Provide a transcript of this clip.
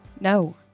No